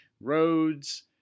roads